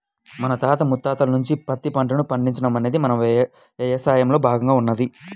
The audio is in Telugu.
మన తాత ముత్తాతల నుంచే పత్తి పంటను పండించడం అనేది మన యవసాయంలో భాగంగా ఉన్నది